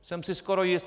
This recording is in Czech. Jsem si skoro jist.